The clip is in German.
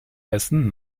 hessen